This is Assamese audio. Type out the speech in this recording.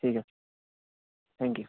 ঠিক আছে থেংক ইউ